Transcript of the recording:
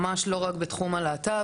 ממש לא רק בתחום הלהט״ב,